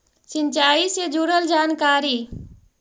सिंचाई से जुड़ल जानकारी?